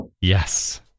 Yes